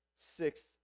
six